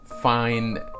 find